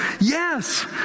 Yes